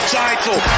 title